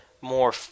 more